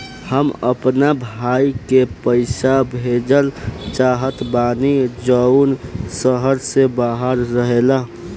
हम अपना भाई के पइसा भेजल चाहत बानी जउन शहर से बाहर रहेला